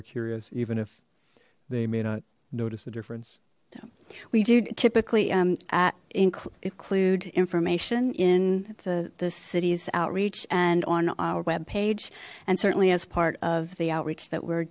are curious even if they may not notice a difference we do typically include information in the the city's outreach and on our web page and certainly as part of the outreach that we're